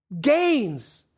Gains